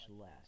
less